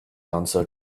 answered